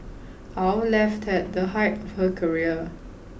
Al left at the height of her career